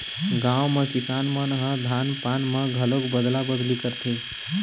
गाँव म किसान मन ह धान पान म घलोक अदला बदली करथे